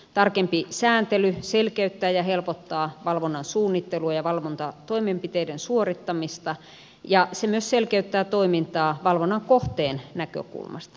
tarkempi sääntely selkeyttää ja helpottaa valvonnan suunnittelua ja valvontatoimenpiteiden suorittamista ja se myös selkeyttää toimintaa valvonnan kohteen näkökulmasta